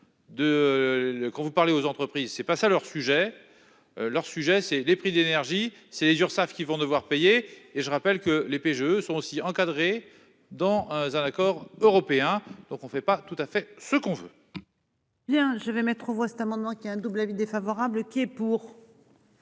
quand vous parlez aux entreprises. C'est pas ça leur sujet. Leur sujet c'est les prix d'énergie c'est Urssaf qui vont devoir payer et je rappelle que les PGE sont aussi encadré dans un accord européen, donc on ne fait pas tout à fait ce qu'on veut.--